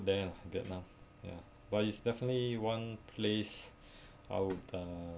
there lah vietnam ya but it's definitely one place I'll uh